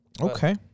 Okay